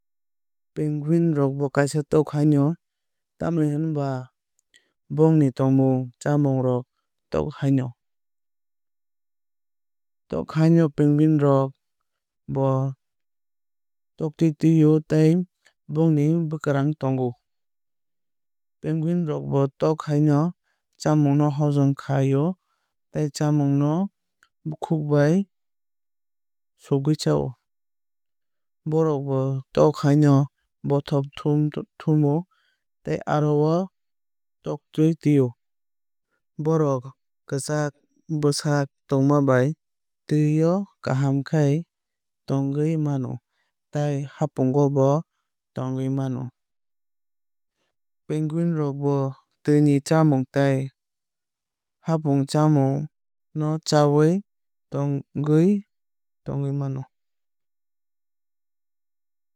Penguin rok bo kaisa tok hai no. Tamoni hwnba bong ni tomung chamung rok tok hai no. Tok hai no penguin rok bo toktwui tui o tei bong ni bwkwrang tongo. Penguin rokni bo tok hai no chamung no hozom khai o tei chamung no bukhuk bai sugui chao. Bóhrok bo tok hai no bothop thumo tei aro o toktwui tui o. Bórokni kwrak bwsak tongma bai twio kaham khe tongwui mano tei hapungo bo tongwui mano. Penguin rok bo twui ni chamung tei hapung chamung no chawui thangwui tongwui mano.